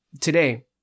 today